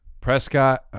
Prescott